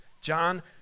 John